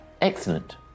Excellent